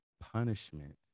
punishment